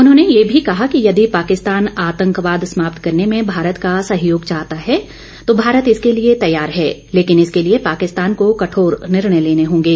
उन्होंने ये भी कहा कि यदि पाकिस्तान आतंकवाद समाप्त करने में भारत का सहयोग चाहता है तो भारत इसके लिए तैयार है लेकिन इसके लिए पाकिस्तान को कठोर निर्णय लेने होंगे